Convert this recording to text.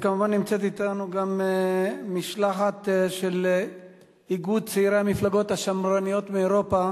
נמצאת אתנו גם משלחת של איגוד צעירי המפלגות השמרניות באירופה